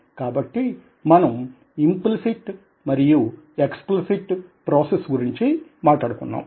కాబట్టి మనం ఇంప్లిసిట్ మరియు ఎక్స్ప్లిసిట్ ప్రోసెస్సింగ్ గురించి మాట్లాడుకున్నాం